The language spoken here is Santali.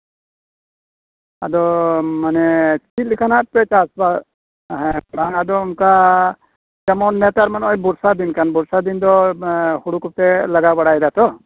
ᱟᱫᱚ ᱢᱟᱱᱮ ᱪᱤᱫ ᱞᱮᱠᱟᱱᱟᱜ ᱯᱮ ᱪᱟᱥᱵᱟᱥ ᱮᱫᱟ ᱵᱟᱝ ᱟᱫᱚ ᱚᱱᱠᱟ ᱡᱮᱢᱚᱱ ᱱᱮᱛᱟᱨ ᱢᱟ ᱵᱚᱨᱥᱟ ᱫᱤᱱ ᱠᱟᱱ ᱵᱚᱨᱥᱟ ᱫᱤᱱ ᱫᱚ ᱦᱩᱲᱩ ᱠᱚᱯᱮ ᱞᱟᱜᱟᱣ ᱵᱟᱲᱟᱭ ᱮᱫᱟᱛᱚ